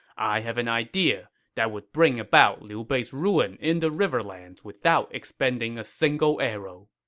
i have an idea that would bring about liu bei's ruin in the riverlands without expending a single arrow.